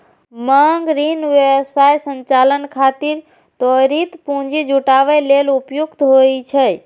मांग ऋण व्यवसाय संचालन खातिर त्वरित पूंजी जुटाबै लेल उपयुक्त होइ छै